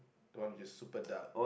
the one which is super dark